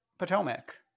Potomac